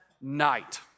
night